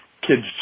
kids